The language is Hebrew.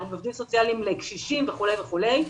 לעובדים סוציאליים לקשישים וכולי וכולי.